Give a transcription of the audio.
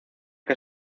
que